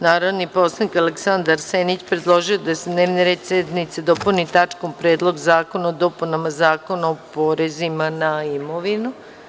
Narodni poslanik Aleksandar Senić predložio je da se dnevni red sednice dopuni tačkom – Predlog zakona o dopunama Zakona o porezima na imovinu.